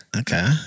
okay